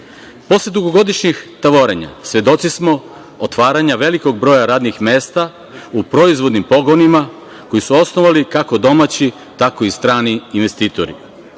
dugogodišnjih tavorenja, svedoci smo otvaranja velikog broja radnih mesta u proizvodnim pogonima koji su osnovali kako domaći, tako i strani investitori.